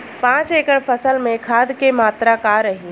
पाँच एकड़ फसल में खाद के मात्रा का रही?